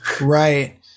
Right